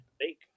Fake